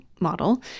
model